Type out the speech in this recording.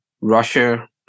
Russia